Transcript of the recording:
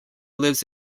lives